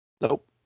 Nope